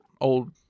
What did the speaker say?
old